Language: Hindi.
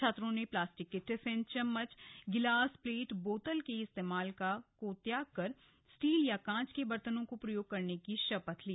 छात्रों ने प्लास्टिक के टिफिन चम्मच गिलास प्लेट बोतल के प्रयोग को त्यागकर स्टील या कांच के बर्तनों को प्रयोग करने की शपथ ली